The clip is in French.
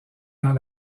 dans